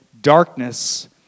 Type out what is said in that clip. darkness